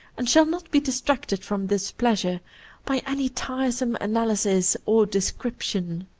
and shall not be distracted from this pleasure by any tiresome analysis or description.